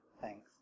thanks